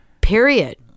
Period